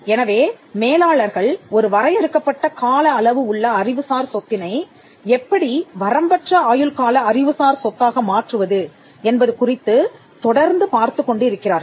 எனவே மேலாளர்கள் ஒரு வரையறுக்கப்பட்ட கால அளவு உள்ள அறிவுசார் சொத்தினை எப்படி வரம்பற்ற ஆயுள்கால அறிவுசார் சொத்தாக மாற்றுவது என்பது குறித்துத் தொடர்ந்து பார்த்துக் கொண்டிருக்கிறார்கள்